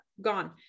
gone